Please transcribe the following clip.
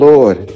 Lord